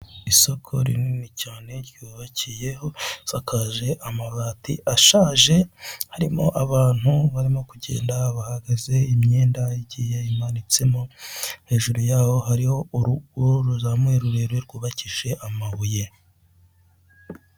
Isoko rinini cyane ryubakiye risakaje amabati ashaje, Harimo abantu barimo kugenda, abahagaze, imyenda agiye imanitsemo, Hejuru yaho hariho urugo ruzamuye rurerure rwubakishije amabuye.